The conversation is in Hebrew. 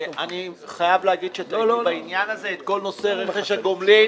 ואני חייב להגיד שטעיתי בעניין הזה את כל נושא רכש הגומלין